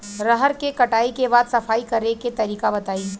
रहर के कटाई के बाद सफाई करेके तरीका बताइ?